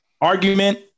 argument